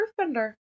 earthbender